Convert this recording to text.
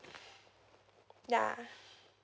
ya